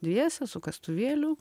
dviese su kastuvėliu